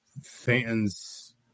fans